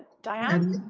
diane?